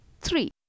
Three